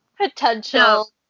Potential